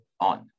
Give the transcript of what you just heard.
on